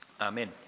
Amen